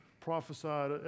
prophesied